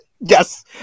Yes